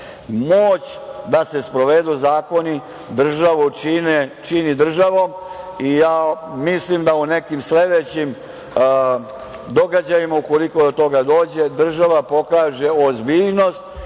moć da se sprovedu zakoni državu čini državom i mislim da u nekim sledećim događajima ukoliko do toga dođe, država pokaže ozbiljnost